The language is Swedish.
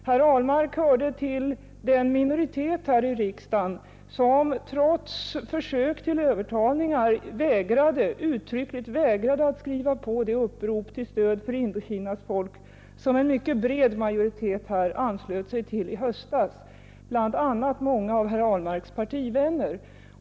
Herr Ahlmark hörde till den minoritet här i riksdagen som trots försök till övertalningar uttryckligen vägrade att skriva på det upprop till stöd för Indokinas folk som en mycket bred majoritet här anslöt sig till i höstas, bl.a. många av herr Ahlmarks partivänner.